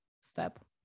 step